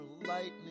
lightning